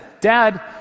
Dad